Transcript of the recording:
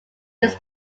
his